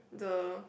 the